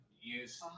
use